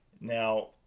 Now